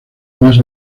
más